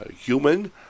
human